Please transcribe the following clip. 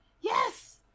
Yes